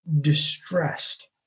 distressed